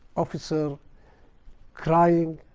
officer crying